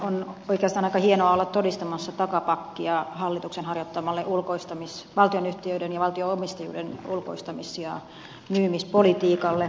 on oikeastaan aika hienoa olla todistamassa takapakkia hallituksen harjoittamalle valtionyhtiöiden ja valtio omistajuuden ulkoistamis ja myymispolitiikalle